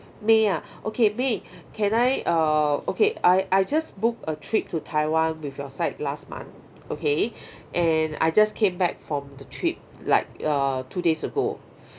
may ah okay may can I err okay I I just book a trip to taiwan with your side last month okay and I just came back from the trip like uh two days ago